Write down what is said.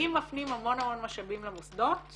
אם מפנים המון המון משאבים למוסדות